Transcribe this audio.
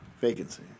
Vacancy